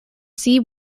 sea